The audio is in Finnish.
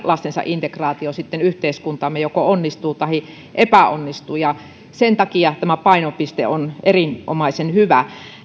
lastensa integraatio yhteiskuntaamme sitten joko onnistuu tai epäonnistuu sen takia tämä painopiste on erinomaisen hyvä